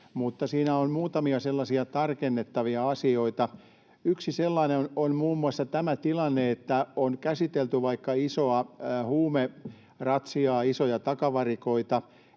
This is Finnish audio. mutta siinä on muutamia tarkennettavia asioita. Yksi sellainen on muun muassa tämä tilanne, että on käsitelty vaikka isoa huumeratsiaa, isoja takavarikoita,